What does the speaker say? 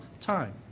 time